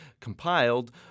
compiled